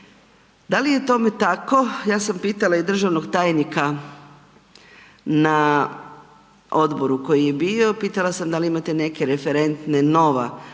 Da li je tome tako, ja sam pitala i državnog tajnika na odboru koji je bio, pitala sam da li imate neke referentne nova